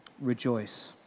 rejoice